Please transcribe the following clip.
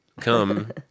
come